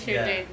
ya